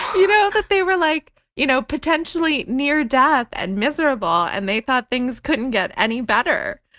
you know that they were like you know potentially near death and miserable and they thought things couldn't get any better,